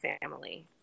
family